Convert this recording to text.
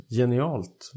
genialt